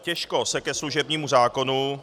Těžko se ke služebnímu zákonu